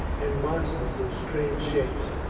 and monsters of strange shapes,